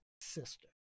sister